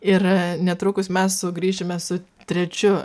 ir netrukus mes sugrįšime su trečiu